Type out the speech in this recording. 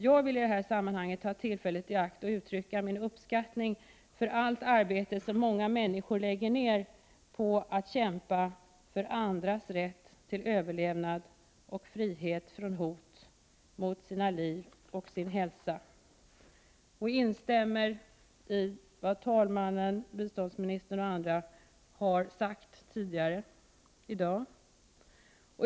Jag vill i detta sammanhang ta tillfället i akt att uttrycka min uppskattning av allt arbete som många människor lägger ned på att kämpa för andras rätt till överlevnad och frihet från hot mot sina liv och sin hälsa. Jag instämmer i vad talmannen, biståndsministern och andra har sagt om detta tidigare i dag.